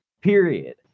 period